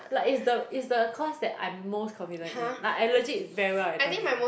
like it's the it's the course that I'm most confident in like I legit very well at turning